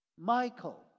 Michael